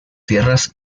tierras